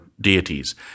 deities